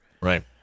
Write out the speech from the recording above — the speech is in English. Right